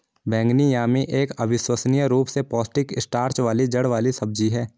बैंगनी यामी एक अविश्वसनीय रूप से पौष्टिक स्टार्च वाली जड़ वाली सब्जी है